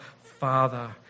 Father